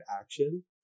action